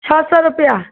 छः सौ रुपया